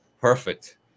Perfect